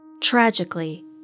Tragically